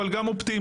אבל גם אופטימי,